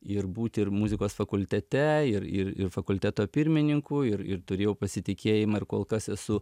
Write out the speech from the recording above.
ir būti ir muzikos fakultete ir ir ir fakulteto pirmininku ir ir turėjau pasitikėjimą ir kol kas esu